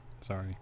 Sorry